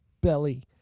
belly